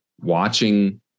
watching